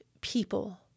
people